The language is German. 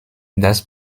dass